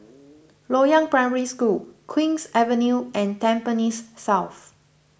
Loyang Primary School Queen's Avenue and Tampines South